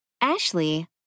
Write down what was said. Ashley